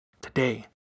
today